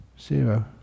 Zero